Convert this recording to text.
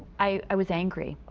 i was angry.